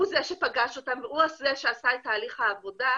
הוא זה שפגש אותם והוא זה שעשה את תהליך העבודה,